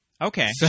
Okay